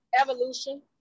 Evolution